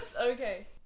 okay